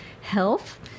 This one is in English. health